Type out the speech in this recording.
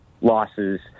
losses